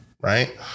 Right